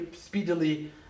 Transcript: speedily